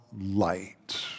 light